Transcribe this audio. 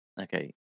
Okay